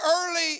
early